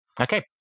Okay